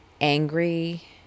angry